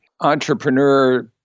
entrepreneur